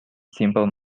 simple